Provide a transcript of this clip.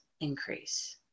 increase